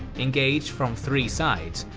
engaged from three sides,